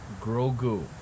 Grogu